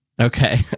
okay